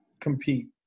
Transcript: compete